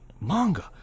Manga